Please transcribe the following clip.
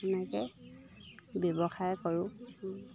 এনেকে ব্যৱসায় কৰোঁ